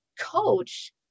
coach